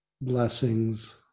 blessings